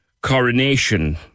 coronation